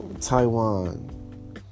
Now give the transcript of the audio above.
Taiwan